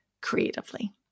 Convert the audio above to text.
creatively